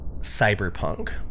Cyberpunk